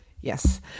Yes